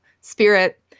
spirit